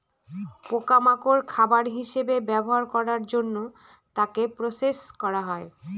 পোকা মাকড় খাবার হিসেবে ব্যবহার করার জন্য তাকে প্রসেস করা হয়